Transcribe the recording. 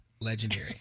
Legendary